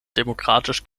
demokratisch